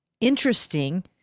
interesting